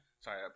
Sorry